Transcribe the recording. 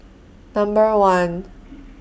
Number one